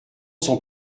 son